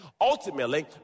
Ultimately